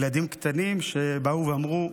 ילדים קטנים שבאו ושאלו: